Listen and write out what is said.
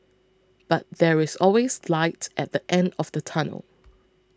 but there is always light at the end of the tunnel